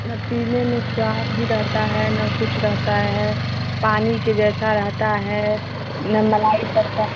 ना पीने में स्वाद ही रहता है ना कुछ रहता है पानी के जैसा रहता है ना मलाई पड़ती है